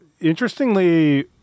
Interestingly